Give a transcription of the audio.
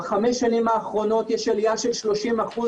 בחמש שנים האחרונות יש עלייה של שלושים אחוז